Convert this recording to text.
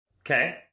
Okay